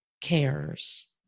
cares